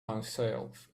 myself